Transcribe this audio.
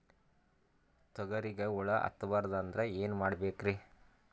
ತೊಗರಿಗ ಹುಳ ಹತ್ತಬಾರದು ಅಂದ್ರ ಏನ್ ಮಾಡಬೇಕ್ರಿ?